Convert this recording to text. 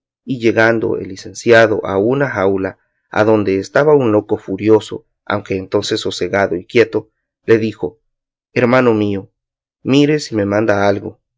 y llegado el licenciado a una jaula adonde estaba un loco furioso aunque entonces sosegado y quieto le dijo hermano mío mire si me manda algo